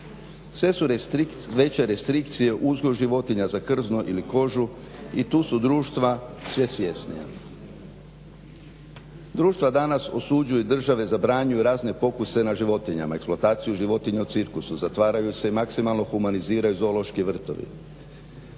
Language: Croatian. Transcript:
Sve su veće restrikcije, uzgoj životinja za krzno ili kožu i tu su društva sve svjesnija. Društva danas osuđuju, države zabranjuju razne pokuse na životinjama, eksploataciju životinja u cirkusu, zatvaraju se maksimalno humaniziraju zoološki vrtovi.